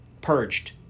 purged